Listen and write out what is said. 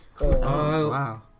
wow